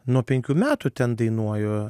nuo penkių metų ten dainuoju